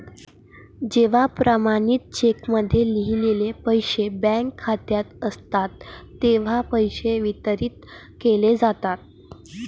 जेव्हा प्रमाणित चेकमध्ये लिहिलेले पैसे बँक खात्यात असतात तेव्हाच पैसे वितरित केले जातात